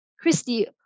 Christy